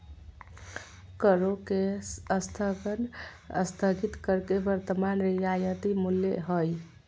करों के स्थगन स्थगित कर के वर्तमान रियायती मूल्य हइ